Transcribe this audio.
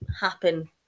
happen